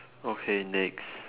okay next